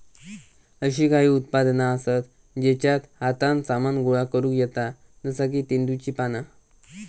अशी काही उत्पादना आसत जेच्यात हातान सामान गोळा करुक येता जसा की तेंदुची पाना